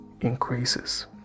increases